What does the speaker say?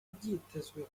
byitezwe